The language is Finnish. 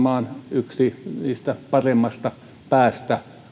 yksi siitä paremmasta päästä